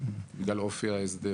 בגלל אופי ההסדר.